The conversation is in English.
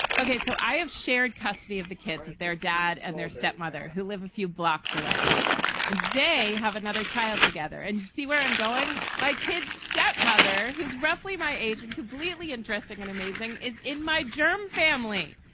ok, so i have shared custody of the kids with their dad and their stepmother, who live a few blocks away and they have another child together and see where i'm going. my kids stepmother, who is roughly my age and completely interesting and amazing, is in my german family.